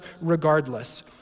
regardless